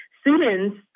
students